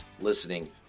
listening